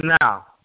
now